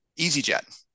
EasyJet